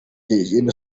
gen